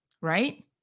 right